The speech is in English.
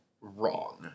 wrong